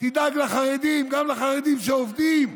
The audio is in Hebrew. תדאג לחרדים, גם לחרדים שעובדים,